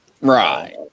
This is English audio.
Right